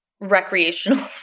recreational